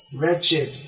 wretched